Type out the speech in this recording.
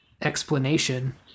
explanation